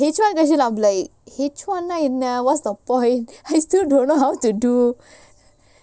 H one questions I will be like H one nah என்ன:enna what's the point I still don't know how to do